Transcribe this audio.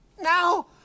Now